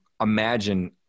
imagine